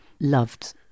loved